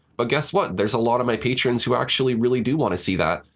but guess what? there's a lot of my patrons who actually really do want to see that,